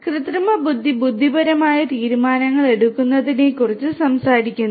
അതിനാൽ കൃത്രിമ ബുദ്ധി ബുദ്ധിപരമായ തീരുമാനങ്ങൾ എടുക്കുന്നതിനെക്കുറിച്ച് സംസാരിക്കുന്നു